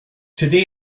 today